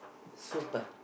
super